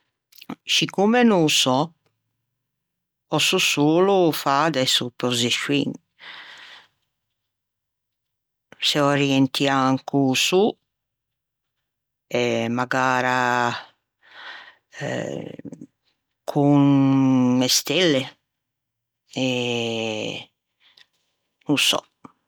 Sciccomme no o so, pòsso solo fâ de sopposiscioin. Se orientian co-o sô e magara con e stelle e no sò